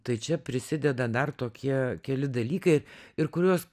tai čia prisideda dar tokie keli dalykai ir kuriuos